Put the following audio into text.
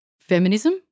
feminism